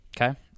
Okay